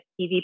TV